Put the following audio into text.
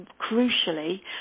crucially